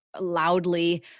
loudly